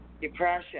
depression